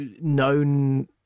known